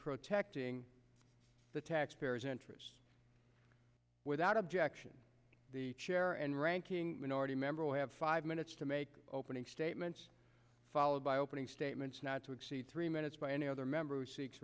protecting the taxpayers interests without objection the chair and ranking minority member will have five minutes to make opening statements followed by opening statements not to exceed three minutes by any other member